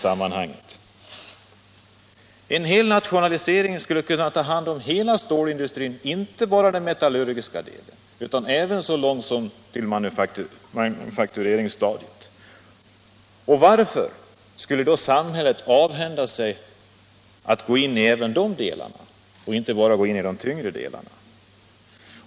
En nationalisering skulle kunna ta hand om hela stålindustrin; inte bara den metallurgiska delen utan även manufaktureringsstadiet. Varför skulle samhället avhända sig möjligheten att även gå in i de delarna och bara göra det i de tyngre delarna?